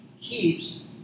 keeps